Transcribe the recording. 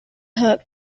hook